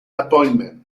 appointment